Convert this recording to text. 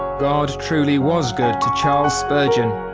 god truly was good to charles spurgeon.